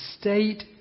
state